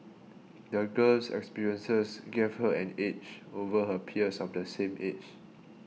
the girl's experiences gave her an edge over her peers of the same age